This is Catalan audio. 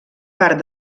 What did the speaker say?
part